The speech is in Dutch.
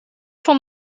van